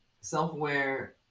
self-aware